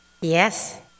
yes